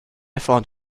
found